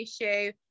issue